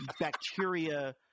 bacteria –